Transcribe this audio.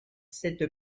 cette